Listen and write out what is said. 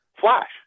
Flash